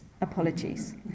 apologies